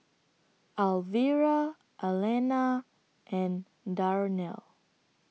Alvira Allena and Darnell